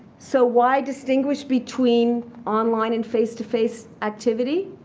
so why distinguish between online and face-to-face activity?